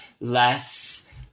less